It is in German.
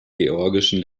georgischen